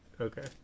Okay